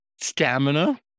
stamina